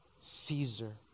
Caesar